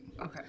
Okay